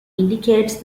indicates